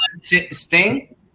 sting